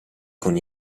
con